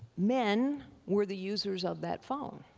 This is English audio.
men were the users of that phone.